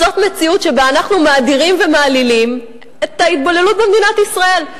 זאת מציאות שבה אנחנו מאדירים ומאלילים את ההתבוללות במדינת ישראל.